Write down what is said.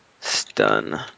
Stun